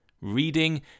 Reading